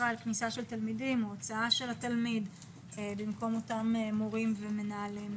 אחראי על כניסת תלמידים ועל הוצאת התלמיד במקום אותם מורים ומנהלים.